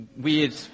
weird